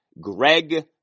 Greg